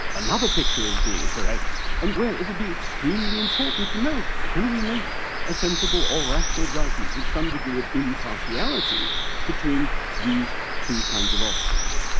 another picture as being correct and where it will extremely important to know, can we make a sensible or rational judgement with some degree of impartiality between these two kinds of options?